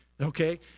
okay